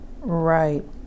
right